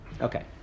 Okay